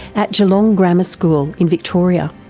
at geelong grammar school in victoria.